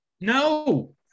No